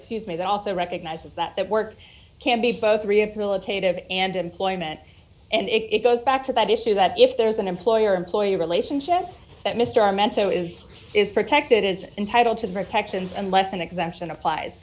excuse me that also recognizes that that work can be both rehabilitative and employment and it goes back to that issue that if there's an employer employee relationship that mr armento is protected is entitled to protection unless an exemption applies